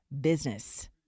business